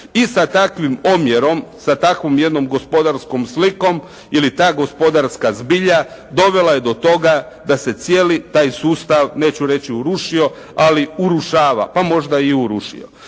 I sa takvim omjerom, sa takvom jednom gospodarskom slikom ili ta gospodarska zbilja dovela je do toga da se cijeli taj sustav neću reći urušio, ali urušava pa možda i urušio.